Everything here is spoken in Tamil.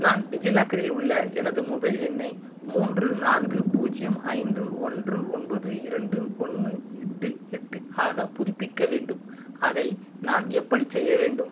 நான் டிஜிலாக்கரில் உள்ள எனது மொபைல் எண்ணை மூன்று நான்கு பூஜ்ஜியம் ஐந்து ஒன்று ஒன்பது இரண்டு ஒன்று எட்டு எட்டு ஆக புதுப்பிக்க வேண்டும் அதை நான் எப்படிச் செய்ய வேண்டும்